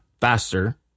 faster